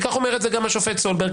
כך אומר גם השופט סולברג.